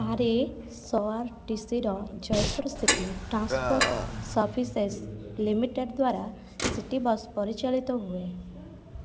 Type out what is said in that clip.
ଆରଏସଆରଟିସିର Jaipur city transport services limited ଦ୍ୱାରା city bus ପରିଚାଳିତ ହୁଏ